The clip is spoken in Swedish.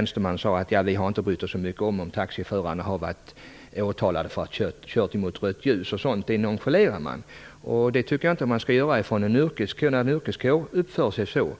att man inte hade brytt sig så mycket om ifall taxiförarna hade varit åtalade för att ha kört emot rött ljus. Sådant nonchalerades alltså, men jag tycker inte man skall nonchalera att en yrkeskår uppför sig så.